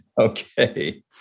Okay